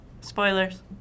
Spoilers